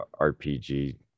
rpg